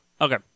Okay